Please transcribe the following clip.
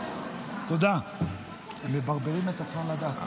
הם מברברים את עצמם לדעת,